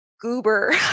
goober